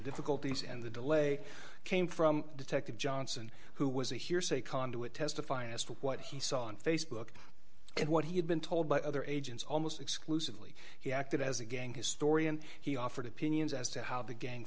difficulties and the delay came from detective johnson who was a hearsay conduit testifying as to what he saw on facebook and what he had been told by other agents almost exclusively he acted as a gang historian he offered opinions as to how the gang